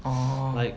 orh